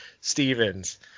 Stevens